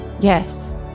Yes